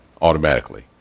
automatically